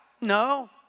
no